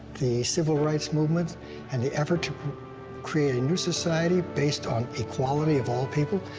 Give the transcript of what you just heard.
the civil rights movement and the effort to create a new society based on equality of all people,